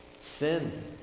Sin